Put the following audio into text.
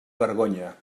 vergonya